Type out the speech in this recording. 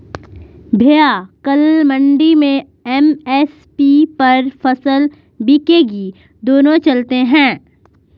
भैया कल मंडी में एम.एस.पी पर फसल बिकेगी दोनों चलते हैं